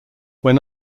when